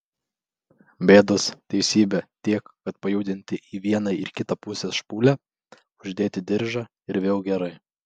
bėdos teisybė tiek kad pajudinti į vieną ir kitą pusę špūlę uždėti diržą ir vėl gerai